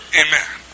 Amen